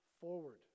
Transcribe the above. forward